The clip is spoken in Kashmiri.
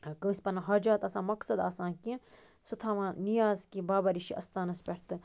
کٲنسہِ پنُن حاجات آسان مقصد آسان کہِ سُہ تھاوان نِیاز کہِ بابا ریٖشی اَستانَس پٮ۪ٹھ تہٕ